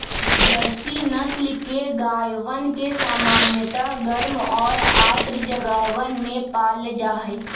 Jersey नस्ल के गायवन के सामान्यतः गर्म और आर्द्र जगहवन में पाल्ल जाहई